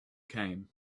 came